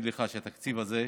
הזה,